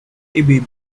maybe